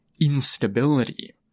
instability